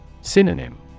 Synonym